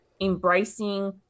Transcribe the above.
embracing